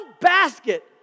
basket